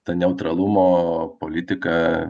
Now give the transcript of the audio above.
ta neutralumo politika